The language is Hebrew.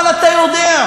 אבל אתה יודע,